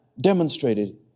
demonstrated